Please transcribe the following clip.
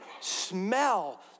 smell